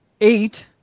eight